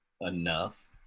enough